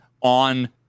on